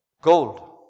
gold